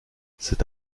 c’est